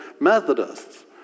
Methodists